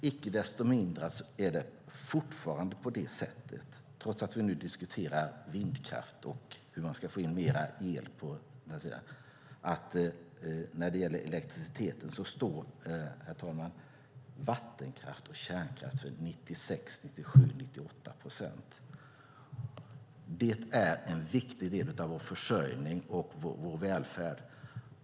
Icke desto mindre är det fortfarande på det sättet, trots att vi nu diskuterar vindkraft och hur man ska få in mer el från den sidan, att när det gäller elektriciteten, herr talman, står vattenkraft och kärnkraft för 96, 97, 98 procent. Det är en viktig del av vår försörjning och vår välfärd.